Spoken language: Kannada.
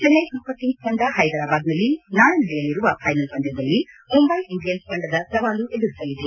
ಚೆನ್ನೈ ಸೂಪರ್ ಕಿಂಗ್ಲ್ ತಂಡ ಹೈದರಾಬಾದ್ ನಲ್ಲಿ ನಾಳೆ ನಡೆಯಲಿರುವ ಫ್ಲೆನಲ್ ಪಂದ್ಯದಲ್ಲಿ ಮುಂಬಯಿ ಇಂಡಿಯನ್ಸ್ ತಂಡದ ಸವಾಲು ಎದುರಿಸಲಿದೆ